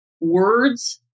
words